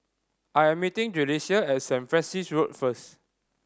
I am meeting Julissa at Saint Francis Road first